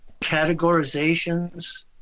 categorizations